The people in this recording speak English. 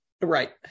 Right